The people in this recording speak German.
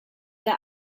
der